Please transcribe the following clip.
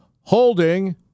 holding